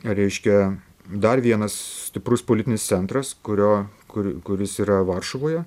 reiškia dar vienas stiprus politinis centras kurio kur kuris yra varšuvoje